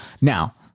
Now